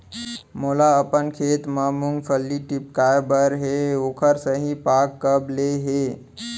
मोला अपन खेत म मूंगफली टिपकाय बर हे ओखर सही पाग कब ले हे?